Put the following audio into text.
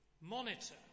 monitor